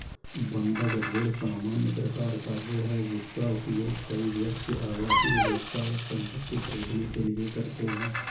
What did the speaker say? बंधक ऋण सामान्य प्रकार का ऋण है, जिसका उपयोग कई व्यक्ति आवासीय, व्यावसायिक संपत्ति खरीदने के लिए करते हैं